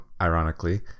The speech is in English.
ironically